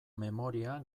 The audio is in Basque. memoria